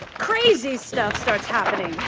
crazy stuff starts happening.